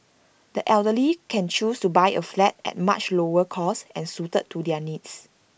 the elderly can choose to buy A flat at much lower cost and suited to their needs